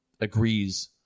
agrees